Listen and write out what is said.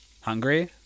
Hungry